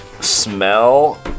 smell